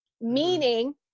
Meaning